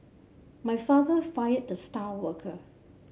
my father fired the star worker